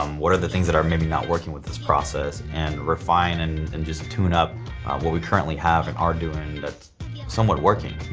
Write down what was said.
um what are the things that are maybe not working with this process and refine and and just tune up what we currently have and are doing that's somewhat working.